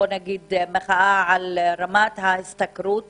מחאה על גובה ההשתכרות